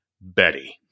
Betty